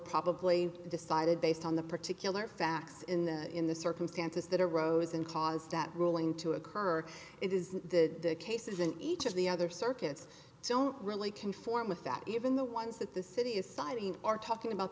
probably decided based on the particular facts in the in the circumstances that arose and caused that ruling to occur it is the cases in each of the other circuits don't really conform with that even the ones that the city is siding are talking about